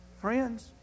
Friends